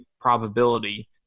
probability